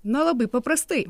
na labai paprastai